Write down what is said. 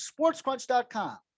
sportscrunch.com